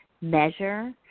measure